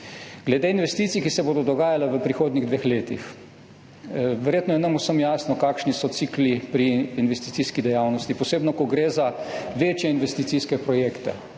Glede investicij, ki se bodo dogajale v prihodnjih dveh letih. Verjetno je nam vsem jasno, kakšni so cikli pri investicijski dejavnosti, posebno ko gre za večje investicijske projekte.